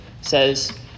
says